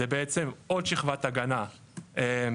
זה בעצם עוד שכבת הגנה מהגלים.